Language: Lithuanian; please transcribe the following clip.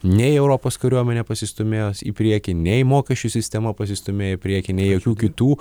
nei europos kariuomenė pasistūmėjo į priekį nei mokesčių sistema pasistūmėjo į priekį nei jokių kitų